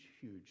huge